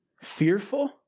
fearful